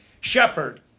shepherd